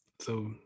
so-